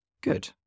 Good